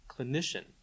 clinician